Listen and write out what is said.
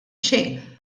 xejn